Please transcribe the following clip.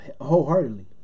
wholeheartedly